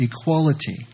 equality